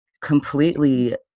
completely